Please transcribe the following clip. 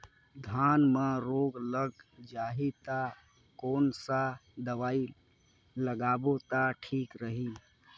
धान म रोग लग जाही ता कोन सा दवाई लगाबो ता ठीक रही?